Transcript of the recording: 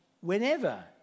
whenever